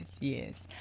yes